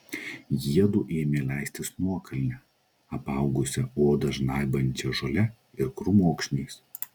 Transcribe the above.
jiedu ėmė leistis nuokalne apaugusia odą žnaibančia žole ir krūmokšniais